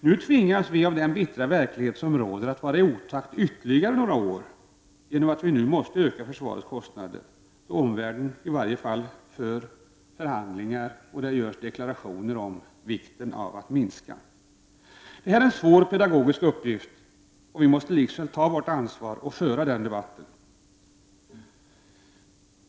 Nu tvingas vi av den bistra verklighet som råder att vara i otakt ytterligare några år genom att vi nu måste öka försvarets kostnader, då omvärlden i varje fall för förhandlingar och gör deklarationer om att minska dem. Det är en svår pedagogisk uppgift. Vi måste likväl ta vårt ansvar och föra den debatten.